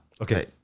Okay